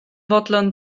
fodlon